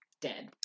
Dead